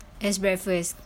that's breakfast